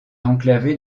enclavée